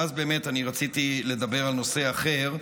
ואז באמת אני רציתי לדבר על נושא אחר,